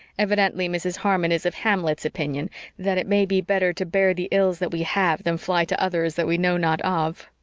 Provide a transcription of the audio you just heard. evidently mrs. harmon is of hamlet's opinion that it may be better to bear the ills that we have than fly to others that we know not of.